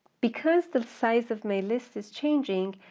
because the size of my list is changing,